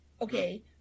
okay